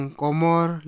komor